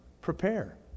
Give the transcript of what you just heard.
prepare